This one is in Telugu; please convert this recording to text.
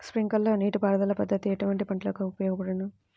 స్ప్రింక్లర్ నీటిపారుదల పద్దతి ఎటువంటి పంటలకు ఉపయోగపడును?